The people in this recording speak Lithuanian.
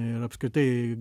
ir apskritai